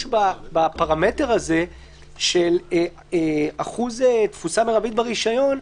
בפרמטר הזה של אחוז תפוסה מרבית ברישיון,